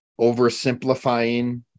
oversimplifying